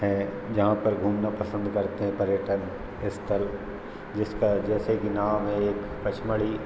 हैं जहाँ पर घूमना पसंद करते हैं पर्यटन स्थल जिसका जैसे कि नाम है एक पचमढ़ी